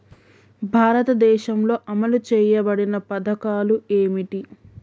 భారతదేశంలో అమలు చేయబడిన పథకాలు ఏమిటి?